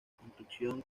construcción